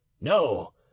no